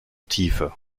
tiefe